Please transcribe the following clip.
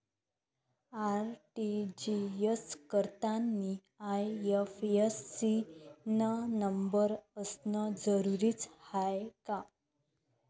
RTGS करतांनी IFSC न number असनं जरुरीच हाय का?